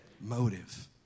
Motive